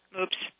Oops